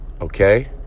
Okay